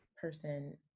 person